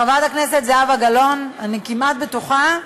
חברת הכנסת זהבה גלאון, אני כמעט בטוחה,